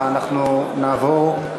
אנחנו נעבור להצבעה.